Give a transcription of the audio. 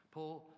Paul